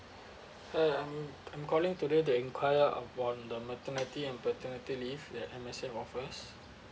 hi I'm I'm calling today to enquire about the maternity and paternity leave that M_S_F offers